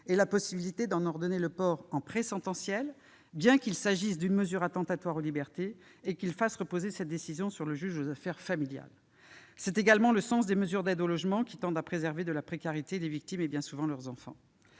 de la possibilité d'ordonner le port de celui-ci en phase pré-sentencielle, bien qu'il s'agisse d'une mesure attentatoire aux libertés et que le texte fasse reposer cette décision sur le juge aux affaires familiales. C'est aussi le sens des mesures d'aide au logement, qui tendent à préserver de la précarité les victimes et, bien souvent, leurs enfants.